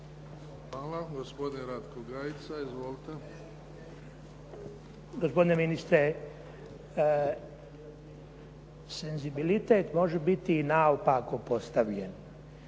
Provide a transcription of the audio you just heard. Hvala. Gospodin Ratko Gajica. Izvolite. **Gajica, Ratko (SDSS)** Gospodine ministre, senzibilitet može biti i naopako postavljen.